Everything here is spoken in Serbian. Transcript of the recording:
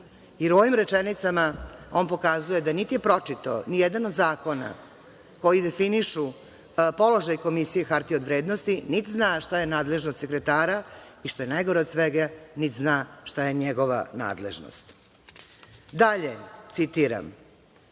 u ovim rečenicama on pokazuje da niti je pročitao i jedan od zakona koji definišu položaj Komisije hartije od vrednosti, niti zna šta je nadležnost sekretara i, što je najgore od svega, niti zna šta je njegova nadležnost. Dalje, citiram